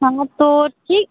हाँ तो ठीक